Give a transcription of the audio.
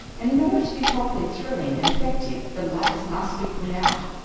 and in order to be properly thrilling and effective, the lights must be put out,